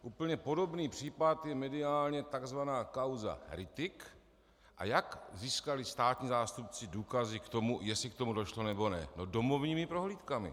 Úplně podobný případ je mediálně takzvaná kauza Rittig, a jak získali státní zástupci důkazy k tomu, jestli k tomu došlo, nebo ne domovními prohlídkami.